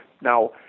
Now